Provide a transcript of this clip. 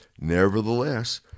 Nevertheless